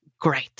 Great